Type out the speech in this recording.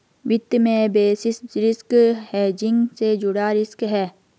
वित्त में basis risk hedging से जुड़ा रिस्क है